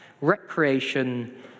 recreation